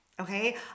Okay